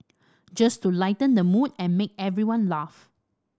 just to lighten the mood and make everyone laugh